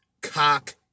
cock